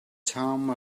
time